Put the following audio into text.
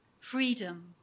freedom